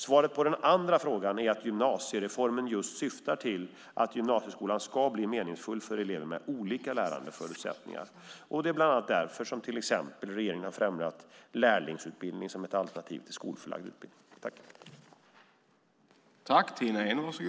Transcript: Svaret på den andra frågan är att gymnasiereformen just syftar till att gymnasieskolan ska bli meningsfull för elever med olika lärandeförutsättningar. Det är bland annat därför som regeringen har främjat lärlingsutbildningen som ett alternativ till skolförlagd utbildning.